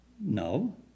No